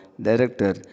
Director